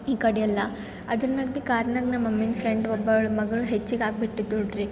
ಈ ಕಡೆಲ್ಲ ಅದನ್ನು ನಗ್ಬಿ ಕಾರ್ನಾಗೆ ನಮ್ಮ ಮಮ್ಮಿ ಫ್ರೆಂಡ್ ಒಬ್ಬಳ ಮಗ್ಳು ಹೆಚ್ಚಿಗೆ ಆಗ್ಬಿಟ್ಟಿದ್ದಳು ರೀ